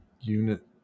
unit